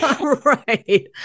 Right